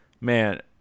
Man